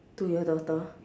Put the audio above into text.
to your daughter